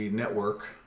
Network